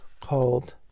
called